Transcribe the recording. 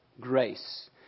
grace